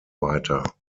weiter